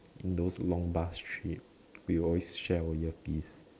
in those long bus trips we always share our earpiece